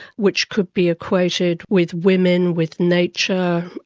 which could be equated with women, with nature,